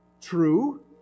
true